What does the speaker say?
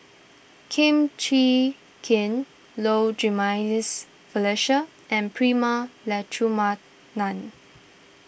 Kum Chee Kin Low Jimenez Felicia and Prema Letchumanan